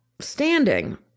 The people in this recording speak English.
standing